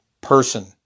person